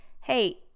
Hey